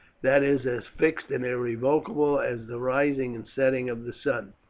that is as fixed and irrevocable as the rising and setting of the sun.